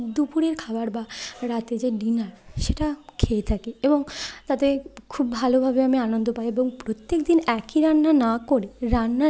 দুপুরের খাবার বা রাতে যে ডিনার সেটা খেয়ে থাকি এবং তাতে খুব ভালোভাবে আমি আনন্দ পাই এবং প্রত্যেক দিন একই রান্না না করে রান্নার